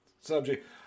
subject